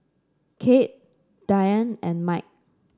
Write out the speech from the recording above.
Kade Diane and Mike